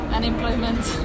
Unemployment